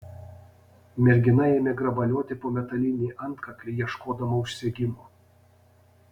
mergina ėmė grabalioti po metalinį antkaklį ieškodama užsegimo